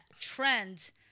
trend